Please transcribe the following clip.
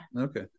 Okay